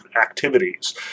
activities